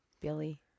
Billy